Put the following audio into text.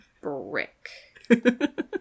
brick